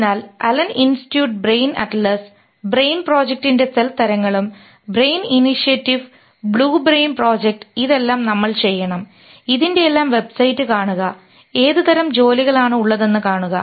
അതിനാൽ Allen Institute brain atlas brain പ്രോജക്റ്റിൻറെ cell തരങ്ങളും brain initiative blue brain project ഇതെല്ലാം നമ്മൾ ചെയ്യണം ഇതിൻറെയെല്ലാം വെബ്സൈറ്റ് കാണുക ഏത് തരം ജോലികൾ ആണ് ഉള്ളതെന്ന് കാണുക